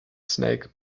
snake